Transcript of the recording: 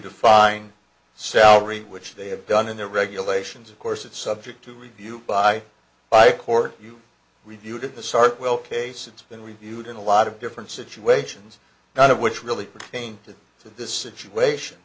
define salary which they have done in the regulations of course it's subject to review by by court you reviewed the sartwell case it's been reviewed in a lot of different situations none of which really painted to this situation